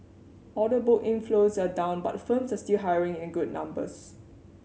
order book inflows are down but firms are still hiring in good numbers